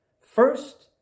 First